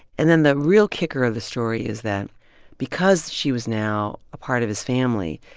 and then the real kicker of the story is that because she was now a part of his family,